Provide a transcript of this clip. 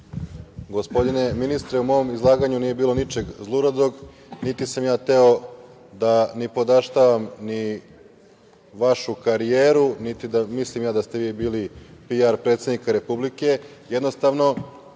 Gospodine ministre, u mom izlaganju nije bilo ničeg zluradog. Niti sam ja hteo da nipodaštavam vašu karijeru, niti mislim da ste vi bili PR predsednika Republike,